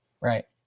Right